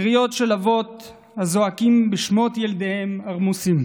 קריאות של אבות הזועקים בשמות ילדיהם הרמוסים.